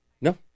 No